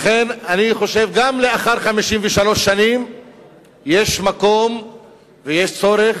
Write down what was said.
לכן, אני חושב שגם לאחר 53 שנים יש מקום ויש צורך,